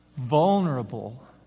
vulnerable